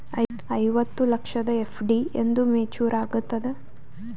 ಐವತ್ತು ಲಕ್ಷದ ಎಫ್.ಡಿ ಎಂದ ಮೇಚುರ್ ಆಗತದ?